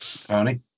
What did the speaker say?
Tony